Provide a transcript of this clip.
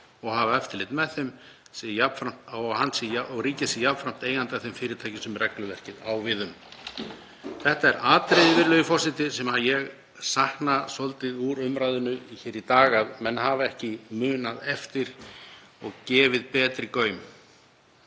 og hafa eftirlit með þeim og að ríkið sé jafnframt eigandi að þeim fyrirtækjum sem regluverkið á við um. Þetta er atriði, virðulegi forseti, sem ég sakna svolítið úr umræðunni hér í dag, að menn hafa ekki munað eftir því og gefið betri gaum.